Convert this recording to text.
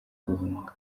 guhunga